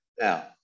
Now